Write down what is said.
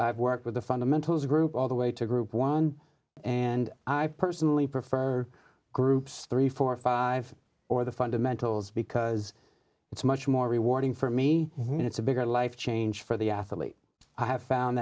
i've worked with the fundamentalist group all the way to group one and i personally prefer groups three hundred and forty five or the fundamentals because it's much more rewarding for me and it's a bigger life change for the athlete i have found